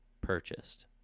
purchased